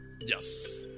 Yes